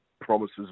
promises